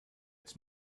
its